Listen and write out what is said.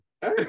Hey